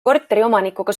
korteriomanikuga